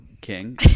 king